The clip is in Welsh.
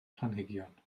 planhigion